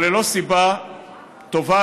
אבל ללא סיבה טובה,